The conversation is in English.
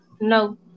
No